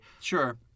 Sure